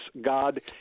God